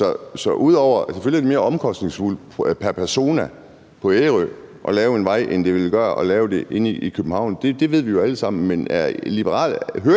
af øen. Selvfølgelig er det mere omkostningsfuldt pr. person at lave en vej på Ærø, end det er at lave den inde i København. Det ved vi jo alle sammen. Men hører